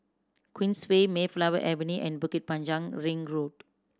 Queensway Mayflower Avenue and Bukit Panjang Ring Road